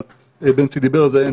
אבל בנצי דיבר על זה,